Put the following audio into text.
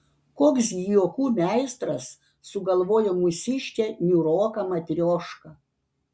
koks gi juokų meistras sugalvojo mūsiškę niūroką matriošką